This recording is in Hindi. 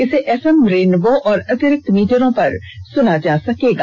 इसे एफएम रेनबो और अतिरिक्त मीटरों पर सुना जा सकता है